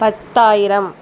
பத்தாயிரம்